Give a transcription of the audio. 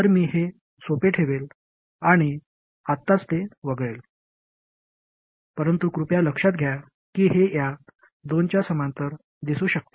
तर मी हे सोपे ठेवेल आणि आत्ताच ते वगळेल परंतु कृपया लक्षात घ्या की हे या दोनच्या समांतर दिसू शकते